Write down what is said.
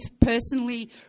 personally